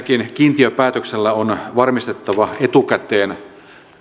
kiintiöpäätöksellä on varmistettava etukäteen